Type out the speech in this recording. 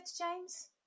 James